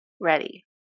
Ready